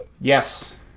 Yes